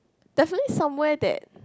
definitely somewhere that